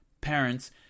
Parents